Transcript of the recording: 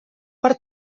per